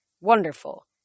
Wonderful